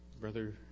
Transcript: brother